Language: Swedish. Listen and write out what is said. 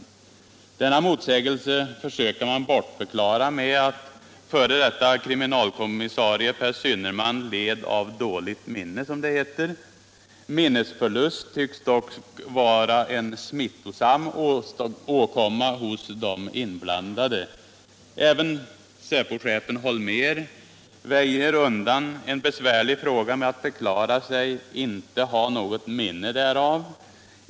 Denna motsägelse försöker man bortförklara med att f.d. kriminalkommissarien Pehr Synnerman ”led av dåligt minne”. Minnesförlust tycks dock vara en smittosam åkomma hos de inblandade. Även Säpochefen Holmér viker undan en besvärlig fråga med att förklara sig ”inte ha något minne därav”.